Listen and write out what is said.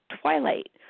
twilight